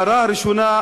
ההערה הראשונה,